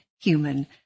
human